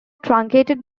truncated